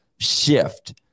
shift